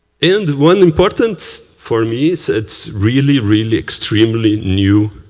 and one important for me, it's it's really, really extremely new